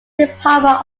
department